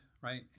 right